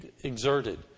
exerted